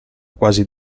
quasi